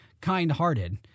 kind-hearted